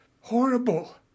horrible